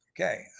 Okay